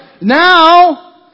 Now